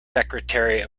secretary